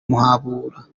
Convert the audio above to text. muhabura